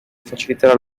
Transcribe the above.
facilitare